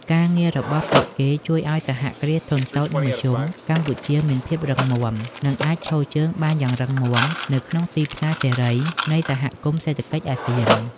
ការងាររបស់ពួកគេជួយឱ្យ សហគ្រាសធុនតូច និងមធ្យម កម្ពុជាមានភាពរឹងមាំ និងអាចឈរជើងបានយ៉ាងរឹងមាំនៅក្នុងទីផ្សារសេរីនៃសហគមន៍សេដ្ឋកិច្ចអាស៊ាន។